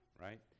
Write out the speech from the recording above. right